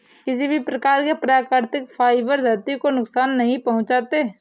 किसी भी प्रकार के प्राकृतिक फ़ाइबर धरती को नुकसान नहीं पहुंचाते